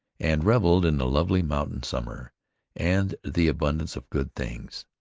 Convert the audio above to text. and reveled in the lovely mountain summer and the abundance of good things.